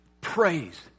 Praise